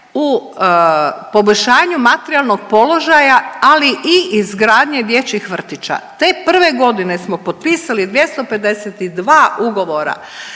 u poboljšanju materijalnog položaja, ali i izgradnje dječjih vrtića. Te prve godine smo potpisali 252 ugovora